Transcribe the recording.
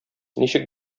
ничек